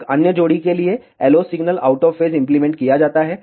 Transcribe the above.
एक अन्य डायोड जोड़ी के लिए LO signal out of phase implement किया जाता है